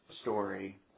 story